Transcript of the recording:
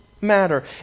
matter